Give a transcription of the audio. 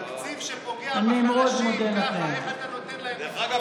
תקציב שפוגע בחלשים ככה, איך אתה נותן להם לפגוע?